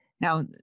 Now